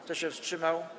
Kto się wstrzymał?